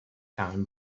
time